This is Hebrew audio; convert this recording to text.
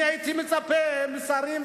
הייתי מצפה משרים,